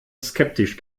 skeptisch